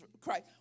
Christ